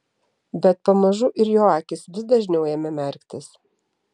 bet pamažu ir jo akys vis dažniau ėmė merktis